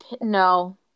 No